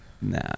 Nah